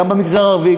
גם במגזר הערבי,